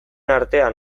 artean